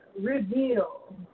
reveal